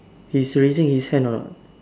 he's raising his hand or not